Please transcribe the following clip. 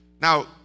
Now